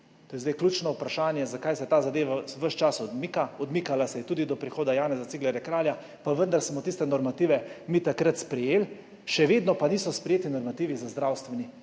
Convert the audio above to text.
To je zdaj ključno vprašanje, zakaj se ta zadeva ves čas odmika. Odmikala se je tudi do prihoda Janeza Ciglerja Kralja, pa vendar smo tiste normative mi takrat sprejeli, še vedno pa niso sprejeti normativi za zdravstveni